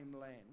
land